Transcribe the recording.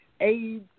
aids